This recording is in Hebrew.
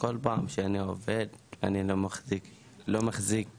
כל פעם שאני עובד אני לא מחזיק את העבודה